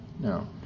No